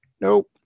Nope